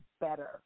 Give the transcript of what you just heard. better